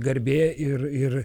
garbė ir ir